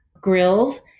grills